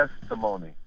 testimony